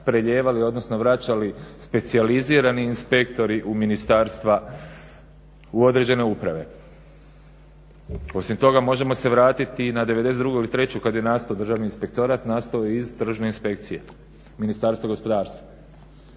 prelijevali, odnosno vraćali specijalizirani inspektori u ministarstva u određene uprave. Osim toga možemo se vratiti i na '92. i '93. kad je nastao Državni inspektorat, nastao je iz Tržne inspekcije Ministarstva gospodarstva.